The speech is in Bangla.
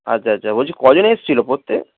আচ্ছা আচ্ছা বলছি কজন এসেছিলো পড়তে